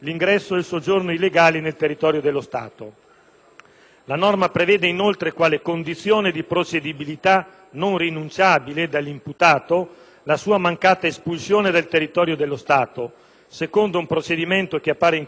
La norma prevede, inoltre, quale condizione di procedibilità non rinunciabile dall'imputato la sua mancata espulsione dal territorio dello Stato, secondo un procedimento che appare incompatibile con l'articolo 24 della Costituzione,